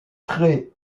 traits